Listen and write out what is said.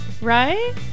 Right